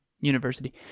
university